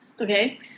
Okay